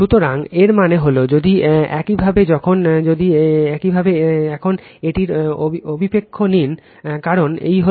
সুতরাং এর মানে হল যদি একইভাবে এখন যদি একইভাবে এখন এইটির অভিক্ষেপ নিন কারণ এই হল এই হল